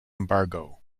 embargo